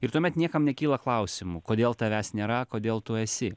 ir tuomet niekam nekyla klausimų kodėl tavęs nėra kodėl tu esi